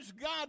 God